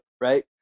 Right